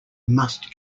must